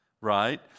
Right